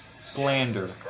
Slander